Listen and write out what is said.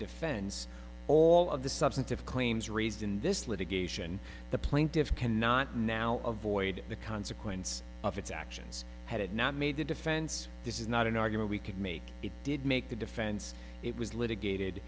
defense all of the substantive claims raised in this litigation the plaintiffs cannot now avoid the consequence of its actions had it not made the defense this is not an argument we could make it did make the defense it was litigated